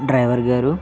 driver గారూ